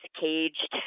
caged